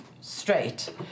straight